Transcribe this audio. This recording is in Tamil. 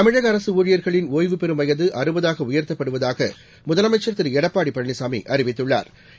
தமிழக அரசு ஊழியர்களின் ஒய்வுபெறும் வயது அறுபதாக உயர்த்தப்படுவதாக முதலமைச்சர் திரு எடப்படி பழனிசாமி அறிவித்துள்ளா்